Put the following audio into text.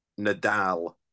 Nadal